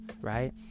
right